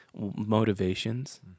motivations